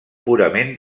purament